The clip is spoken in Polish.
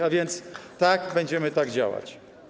A więc tak, będziemy tak działać.